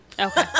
okay